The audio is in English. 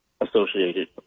associated